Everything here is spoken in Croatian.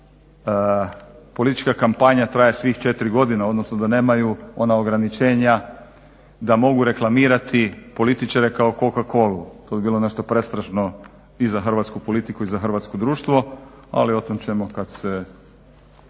da politička kampanja traje svih 4 godine odnosno da nemaju ona ograničenja da mogu reklamirati političare kao Coca-Colu to bi bilo nešto prestrašno i za hrvatsku politiku i za hrvatsko društvo. Ali o tome ćemo kada se